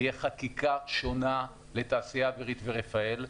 תהיה חקיקה שונה לתעשייה האווירית ולרפאל,